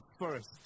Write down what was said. first